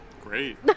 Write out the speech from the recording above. great